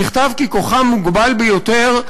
נכתב כי "כוחם מוגבל ביותר,